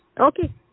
okay